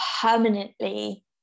permanently